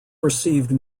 received